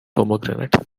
pomegranate